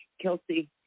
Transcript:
Kelsey